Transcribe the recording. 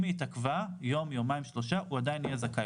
אם הבדיקה התעכבה הוא עדיין יהיה זכאי.